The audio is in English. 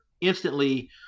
instantly